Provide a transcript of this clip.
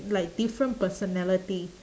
like different personality